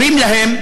אומרים להם: